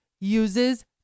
uses